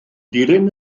dilyn